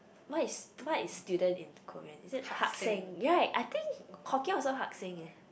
what is what is student in Korean is it haksaeng right I think Hokkien also haksaeng eh